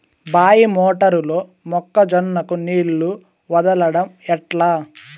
బాయి మోటారు లో మొక్క జొన్నకు నీళ్లు వదలడం ఎట్లా?